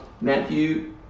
Matthew